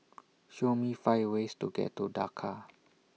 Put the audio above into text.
Show Me five ways to get to Dhaka